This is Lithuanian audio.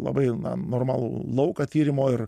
labai na normalų lauką tyrimo ir